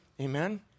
Amen